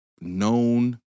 known